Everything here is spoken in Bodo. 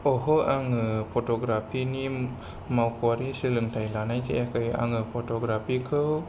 ओहो आङो फट'ग्राफिनि मावख'वारि सोलोंथाय लानाय जायाखै आङो फट'ग्राफिखौ